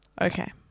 Okay